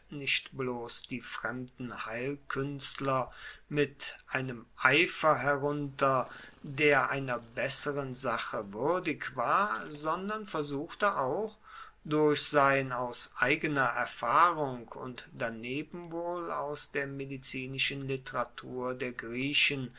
nicht bloss die fremden heilkuenstler mit einem eifer herunter der einer besseren sache wuerdig war sondern versuchte auch durch sein aus eigener erfahrung und daneben wohl auch aus der medizinischen literatur der griechen